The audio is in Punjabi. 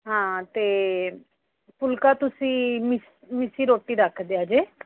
ਹਾਂ ਅਤੇ ਫੁਲਕਾ ਤੁਸੀਂ ਮਿੱਸ ਮਿੱਸੀ ਰੋਟੀ ਰੱਖ ਦਿਆ ਜੇ